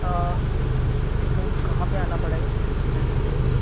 ma'am कहाँ पर आना पड़ेगा एड्रेस वगैरह